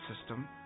system